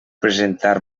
presentar